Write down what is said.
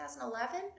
2011